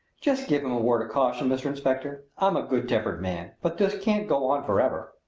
just give him a word of caution, mr. inspector. i'm a good-tempered man, but this can't go on forever.